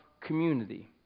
community